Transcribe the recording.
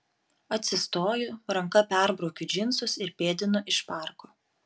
atsistoju ranka perbraukiu džinsus ir pėdinu iš parko